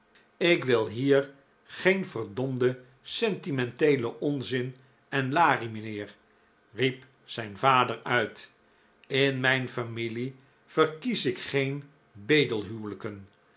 ik wil hier geen verdomden sentimenteelen onzin en larie mijnheer riep zijn vader uit in mijn familie verkies ik geen